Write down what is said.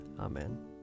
Amen